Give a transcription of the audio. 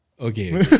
Okay